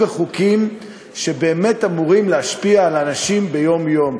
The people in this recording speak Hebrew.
החוקים שבאמת אמורים להשפיע על אנשים ביום-יום.